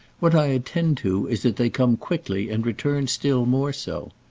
what i attend to is that they come quickly and return still more so.